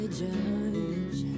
judge